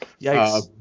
Yikes